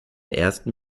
ersten